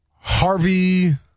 Harvey